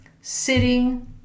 sitting